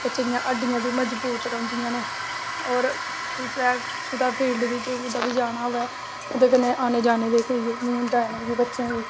बच्चें दियां हड्डियां बी मजबूत रौहंदियां न होर कुदै फील्ड बिच कुदै बी जाना होऐ ओह्दे कन्नै आने जाने दी ओह् निं होंदा ऐ बच्चें गी